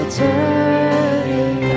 turning